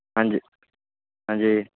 ਹਾਂਜੀ ਹਾਂਜੀ